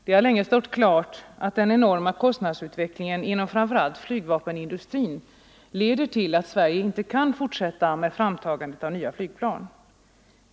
Det har länge stått klart att den enorma kostnadsutvecklingen inom framför allt flygvapenindustrin leder till att Sverige inte kan fortsätta med framtagandet av nya flygplan.